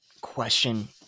question